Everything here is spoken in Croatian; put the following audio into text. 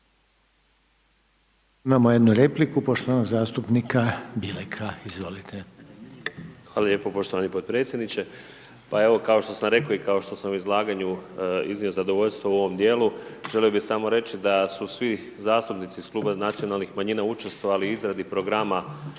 Imamo jednu repliku, poštovanog zastupnika Bileka, izvolite. **Bilek, Vladimir (Nezavisni)** Hvala lijepo poštovani potpredsjedniče. Pa evo, kao što sam rekao i kao što sam u izlaganju iznio zadovoljstvo u ovom dijelu, želio bi samo reći da su svi zastupnici iz Kluba nacionalnih manjina učestvovali u izradi programa